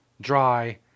dry